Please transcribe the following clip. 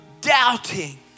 doubting